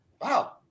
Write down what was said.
wow